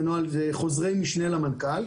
זה חוזרי משנה למנכ"ל.